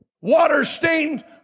Water-stained